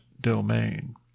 domain